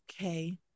Okay